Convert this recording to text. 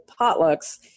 potlucks